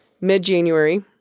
mid-january